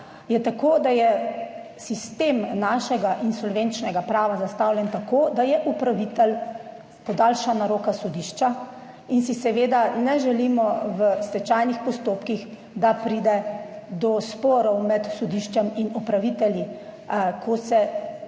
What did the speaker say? je tako, da je sistem našega insolventnega prava zastavljen tako, da je upravitelj podaljšana roka sodišča, in si seveda ne želimo v stečajnih postopkih, da pride do sporov med sodiščem in upravitelji, ko se